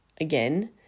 again